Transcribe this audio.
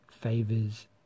favors